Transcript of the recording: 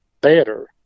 better